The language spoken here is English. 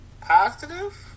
positive